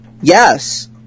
Yes